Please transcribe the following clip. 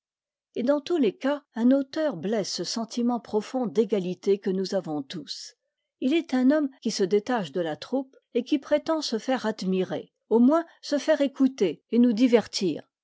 et dans tous les cas un auteur blesse ce sentiment profond d'égalité que nous avons tous il est un homme qui se détache de la troupe et qui prétend se faire admirer au moins se faire écouter et nous divertir